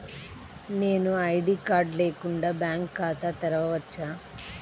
నేను ID card లేకుండా bank ఖాతా తెరవచ్చా?